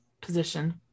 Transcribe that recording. position